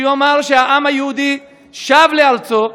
שיאמר שהעם היהודי שב לארצו.